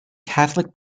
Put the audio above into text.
catholic